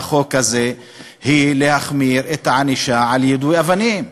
החוק הזה היא להחמיר את הענישה על יידוי אבנים.